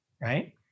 Right